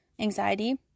anxiety